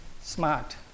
smart